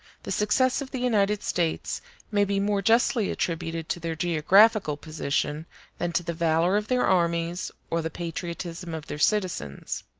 the success of the united states may be more justly attributed to their geographical position than to the valor of their armies or the patriotism of their citizens.